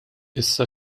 issa